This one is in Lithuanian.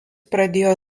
pradėjo